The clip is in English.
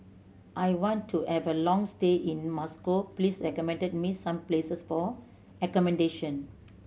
I want to have a long stay in Moscow please recommend me some places for accommodation